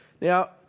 Now